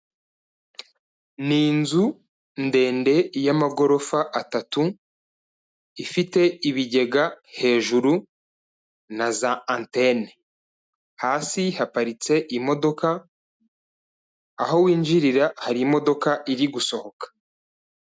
Ni inzu ndende y'amagorofa atatu ifite ibigega hejuru na za antene, hasi haparitse imodoka aho winjirira hari imodoka iri gusohoka.